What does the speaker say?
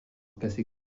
passé